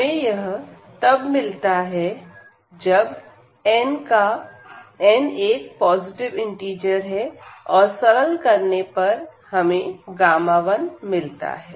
हमें यह तब मिलता है जब n एक पॉजिटिव इंटिजर है और सरल करने पर हमें 1 मिलता है